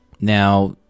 Now